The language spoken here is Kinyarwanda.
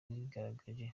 wigaragaje